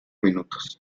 minutos